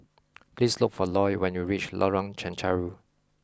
please look for Loy when you reach Lorong Chencharu